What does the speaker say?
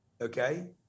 Okay